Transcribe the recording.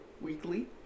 weekly